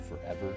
forever